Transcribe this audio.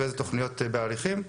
ואיזה תוכניות בהליכים.